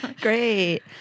great